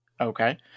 Okay